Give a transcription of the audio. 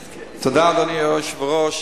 תודה, אדוני היושב-ראש.